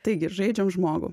taigi žaidžiam žmogų